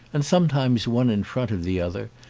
and sometimes one in front of the other,